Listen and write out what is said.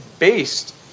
Based